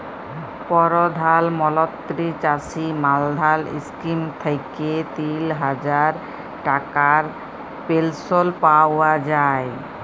পরধাল মলত্রি চাষী মাল্ধাল ইস্কিম থ্যাইকে তিল হাজার টাকার পেলশল পাউয়া যায়